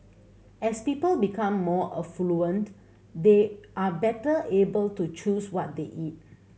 as people become more affluent they are better able to choose what they eat